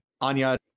Anya